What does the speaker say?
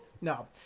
No